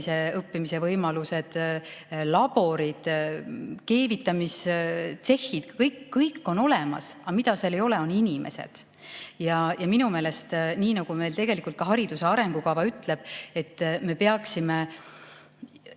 õppimise võimalused, laborid, keevitamistsehhid. Kõik on olemas, aga mida ei ole, on inimesed. Minu meelest, nii nagu meil ka hariduse arengukava ütleb, me peaksime